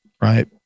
right